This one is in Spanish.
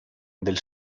del